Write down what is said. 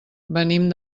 venim